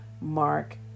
Mark